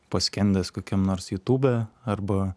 paskendęs kokiam nors youtube arba